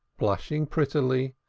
blushing prettily,